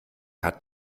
hat